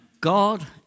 God